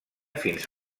fins